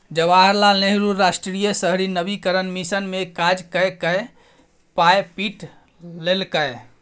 जवाहर लाल नेहरू राष्ट्रीय शहरी नवीकरण मिशन मे काज कए कए पाय पीट लेलकै